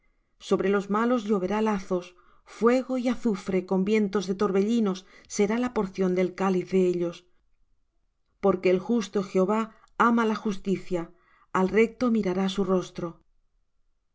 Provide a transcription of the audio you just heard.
sobre los malos lloverá lazos fuego y azufre con vientos de torbellinos será la porción del cáliz de ellos porque el justo jehová ama la justicia al recto mirará su rostro al